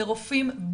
לרופאים,